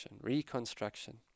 reconstruction